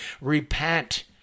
Repent